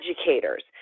educators